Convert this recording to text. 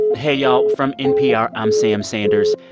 hey, y'all. from npr, i'm sam sanders.